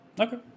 Okay